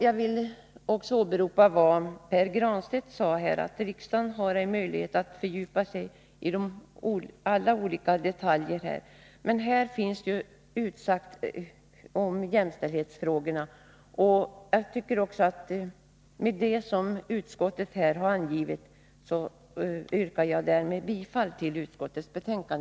Jag vill också åberopa vad Pär Granstedt sade, nämligen att riksdagen inte har möjlighet att fördjupa sig i alla olika detaljer men att den rent allmänt kan uttala sig om olika frågor. Fru talman! Med hänvisning till vad utskottet i sitt betänkande 6 har uttalat yrkar jag bifall till dess hemställan.